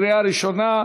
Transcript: קריאה ראשונה,